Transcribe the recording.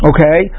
Okay